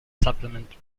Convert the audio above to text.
supplement